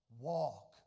walk